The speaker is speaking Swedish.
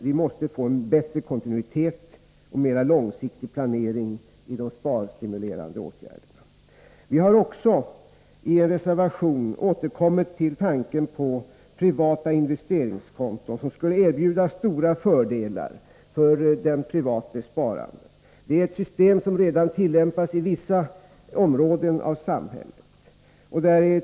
Vi måste få en bättre kontinuitet och mer långsiktig planering i de sparstimulerande åtgärderna. Vi har också i reservation 4 återkommit till tanken på privata investeringskonton, som skulle erbjuda stora fördelar för den private spararen. Det är ett system som redan tillämpas inom vissa områden av samhället.